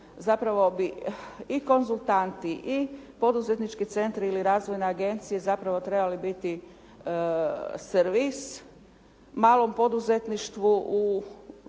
zapravo bi i konzultanti i poduzetnički centri ili razvojne agencije zapravo trebali biti servis malom poduzetništvu